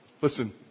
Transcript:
Listen